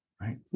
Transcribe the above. right